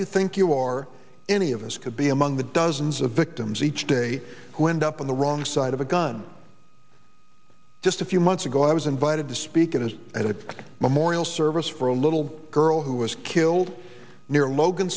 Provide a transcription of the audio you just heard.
you think you are any of us could be among the dozens of victims each day who end up on the wrong side of a gun just a few months ago i was invited to speak at his at a memorial service for a little girl who was killed near logan